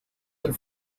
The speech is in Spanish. del